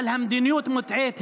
אבל המדיניות מוטעית.